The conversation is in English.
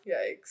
Yikes